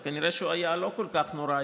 אז כנראה שהוא היה לא כל כך נורא,